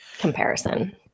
comparison